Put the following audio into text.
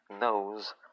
knows